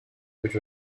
which